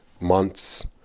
months